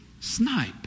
Snipe